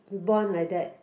we born like that